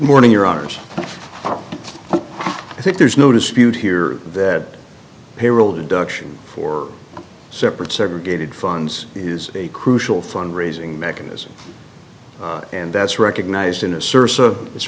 morning your honour's i think there's no dispute here that payroll deduction for separate segregated funds is a crucial fund raising mechanism and that's recognized in a service of it